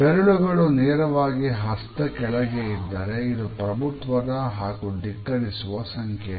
ಬೆರಳುಗಳು ನೇರವಾಗಿ ಹಸ್ತ ಕೆಳಗೆ ಇದ್ದರೆ ಅದು ಪ್ರಭುತ್ವದ ಹಾಗೂ ಧಿಕ್ಕರಿಸುವ ಸಂಕೇತ